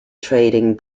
trading